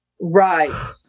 Right